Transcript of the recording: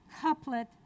couplet